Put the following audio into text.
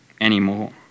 anymore